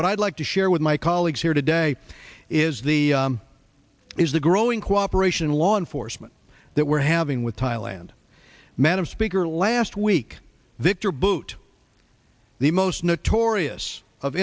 what i'd like to share with my colleagues here today is the is the growing cooperation law enforcement that we're having with thailand madam speaker last week victor boot the most notorious of